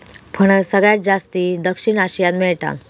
फणस सगळ्यात जास्ती दक्षिण आशियात मेळता